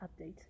update